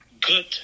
good